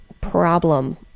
problem